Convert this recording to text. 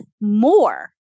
more